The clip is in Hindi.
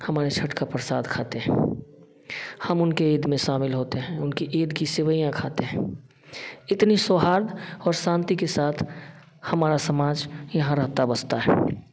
हमारे छठ का प्रसाद खाते हैं हम उनकी ईद में शामिल होते हैं उनकी ईद की सेवइयाँ खाते हैं कितनी सोहार्थ और शांति के साथ हमारा समाज यहाँ रहता बसता है